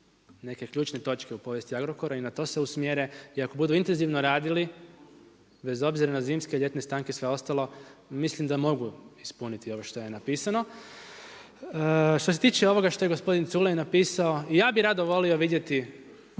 neke ključne točke u povijesti Agrokora i na to se usmjere i ako budu intenzivno radili bez obzira na zimske, ljetne stanke, sve ostalo mislim da mogu ispuniti ovo što je napisano. Što se tiče ovoga što je gospodin Culej napisao i ja bih rado volio vidjeti,